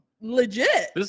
legit